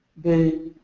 the